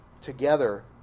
together